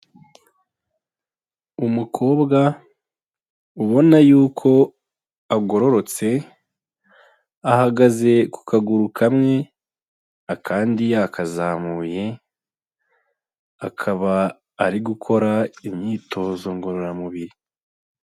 Umukobwa ubona y'uko agororotse, ahagaze ku kaguru kamwe ,akandi yakazamuye, akaba ari gukora imyitozo ngororamubiri.